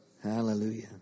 Hallelujah